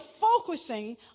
focusing